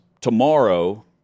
tomorrow